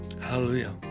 Hallelujah